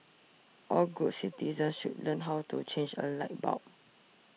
all good citizens should learn how to change a light bulb